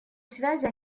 связи